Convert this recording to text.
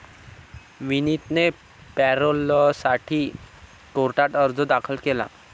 विनीतने पॅरोलसाठी कोर्टात अर्ज दाखल केला